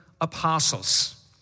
apostles